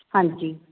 ਹਾਂਜੀ